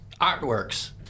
artworks